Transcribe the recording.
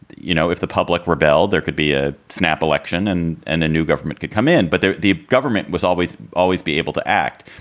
you know, if the public rebelled, there could be a snap election and and a new government could come in. but the government was always, always be able to act.